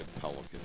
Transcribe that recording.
Pelicans